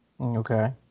Okay